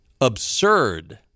absurd